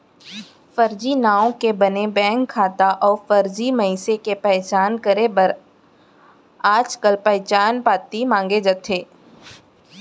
फरजी नांव के बने बेंक खाता अउ फरजी मनसे के पहचान करे बर आजकाल पहचान पाती मांगे जाथे